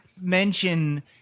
mention